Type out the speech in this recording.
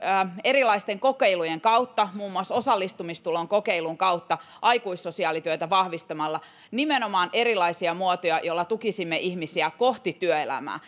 erilaisten kokeilujen kautta muun muassa osallistumistulon kokeilun kautta aikuissosiaalityötä vahvistamalla nimenomaan erilaisia muotoja joilla tukisimme ihmisiä kohti työelämää